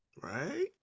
Right